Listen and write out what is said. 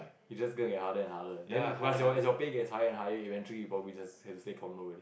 it just getting harder and harder then once your pay get higher and higher eventually you probably have to stay condo already